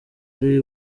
ari